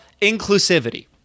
inclusivity